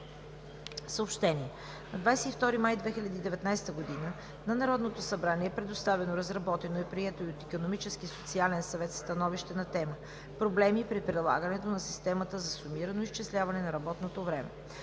събрание. - на 22 май 2019 г. на Народното събрание е предоставено разработено и прието от Икономическия и социален съвет становище на тема „Проблеми при прилагането на системата за сумирано изчисляване на работното време“.